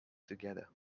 together